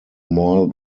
more